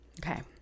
okay